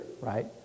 Right